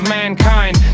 mankind